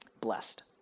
blessed